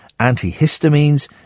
antihistamines